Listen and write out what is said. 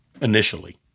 initially